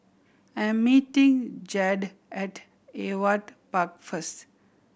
I am meeting Jaeda at Ewart Park first